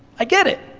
i get it.